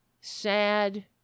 Sad